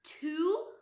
Two